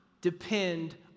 depend